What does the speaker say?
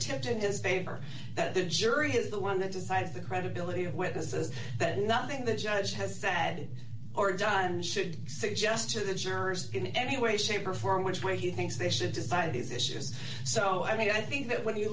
tipped in his behavior that the jury is the one that decides the credibility of witnesses that nothing the judge has said or done should suggest to the jurors in any way shape or form which way he thinks they should decide these issues so i mean i think that when you